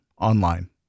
online